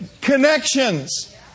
connections